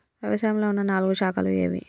వ్యవసాయంలో ఉన్న నాలుగు శాఖలు ఏవి?